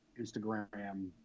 Instagram